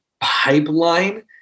pipeline